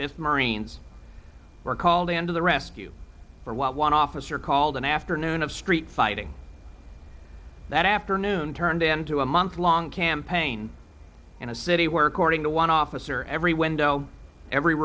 fifth marines were called in to the rescue for what one officer called an afternoon of street fighting that afternoon turned into a month long campaign in a city where according to one officer every window every